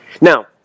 Now